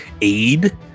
aid